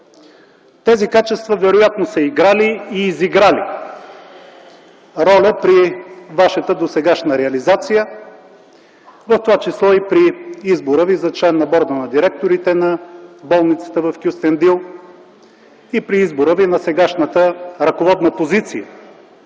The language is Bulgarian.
Тези качества вероятно са играли и изиграли роля при Вашата досегашна реализация, в това число и при избора Ви за член на борда на директорите на болницата в Кюстендил, и при избора Ви на сегашната ръководна позиция